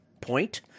point